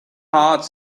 heart